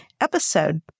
episode